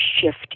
shift